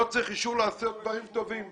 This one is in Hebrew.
לא צריך אישור לעשות דברים טובים.